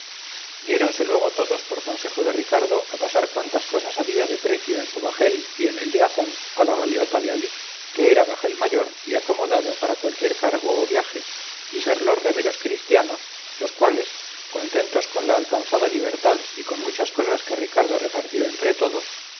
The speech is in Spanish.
diéronse luego todos por consejo de ricardo a pasar cuantas cosas había de precio en su bajel y en el de hazán a la galeota de alí que era bajel mayor y acomodado para cualquier cargo o viaje y ser los remeros cristianos los cuales contentos con la alcanzada libertad y con muchas cosas que ricardo repartió entre todos